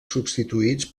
substituïts